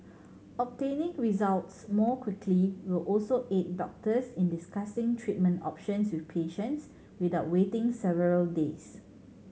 obtaining results more quickly will also aid doctors in discussing treatment options with patients without waiting several days